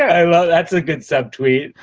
i know that's a good subtree.